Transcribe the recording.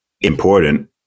important